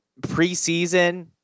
preseason